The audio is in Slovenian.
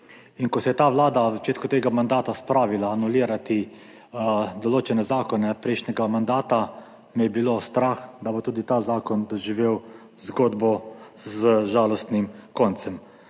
Ko se je ta vlada v začetku tega mandata spravila anulirati določene zakone prejšnjega mandata, me je bilo strah, da bo tudi ta zakon doživel zgodbo z žalostnim koncem.